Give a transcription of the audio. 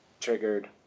triggered